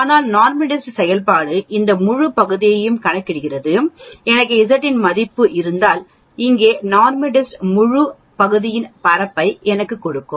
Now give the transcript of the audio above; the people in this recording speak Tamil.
ஆனால் NORMSDIST செயல்பாடு இந்த முழு பகுதியையும் கணக்கிடுகிறது எனக்கு Z இன் மதிப்பு இருந்தால் இங்கே NORMSDIST முழு பகுதியின் பரப்பையும் எனக்குக் கொடுக்கும்